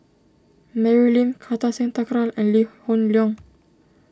Mary Lim Kartar Singh Thakral and Lee Hoon Leong